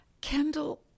Kendall